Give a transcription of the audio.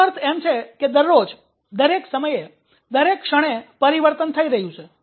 તેનો અર્થ એમ છે કે દરરોજ દરેક સમયે દરેક ક્ષણે પરિવર્તન થઈ રહ્યું છે